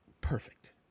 Perfect